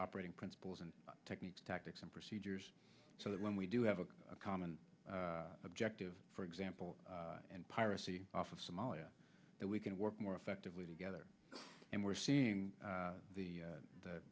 operating principles and techniques tactics and procedures so that when we do have a common objective for example and piracy off of somalia that we can work more effectively together and we're seeing the